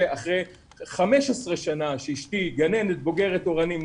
אחרי 15 שנה שאשתי גננת בוגרת אורנים,